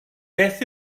beth